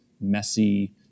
messy